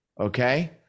Okay